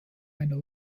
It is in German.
einer